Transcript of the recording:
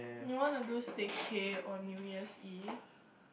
you wanna do staycay on New Year's eve